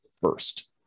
first